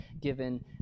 given